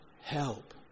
help